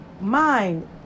mind